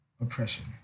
oppression